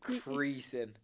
creasing